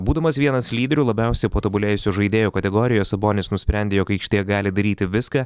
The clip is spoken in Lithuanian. būdamas vienas lyderių labiausiai patobulėjusio žaidėjo kategorijoje sabonis nusprendė jog aikštėje gali daryti viską